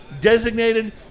designated